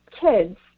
kids